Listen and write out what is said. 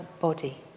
body